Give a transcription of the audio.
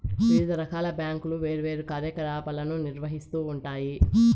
వివిధ రకాల బ్యాంకులు వేర్వేరు కార్యకలాపాలను నిర్వహిత్తూ ఉంటాయి